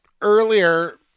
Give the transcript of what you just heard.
earlier